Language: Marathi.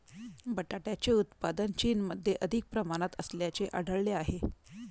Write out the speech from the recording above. बटाट्याचे उत्पादन चीनमध्ये अधिक प्रमाणात असल्याचे आढळले आहे